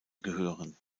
gehören